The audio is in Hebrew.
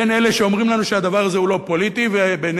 בין אלה שאומרים לנו שהדבר הזה הוא לא פוליטי ובינינו,